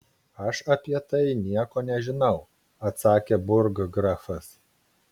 aš apie tai nieko nežinau atsakė burggrafas